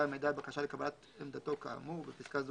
המידע בקשה לקבלת עמדתו כאמור (בפסקה זו,